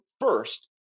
first